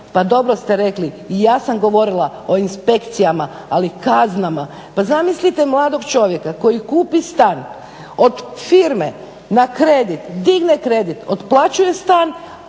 pa dobro ste rekli i ja sam govorila o inspekcijama ali kaznama. Pa zamislite mladog čovjeka koji kupi stan od firme na kredit, digne kredit, otplaćuje stan,